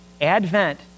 advent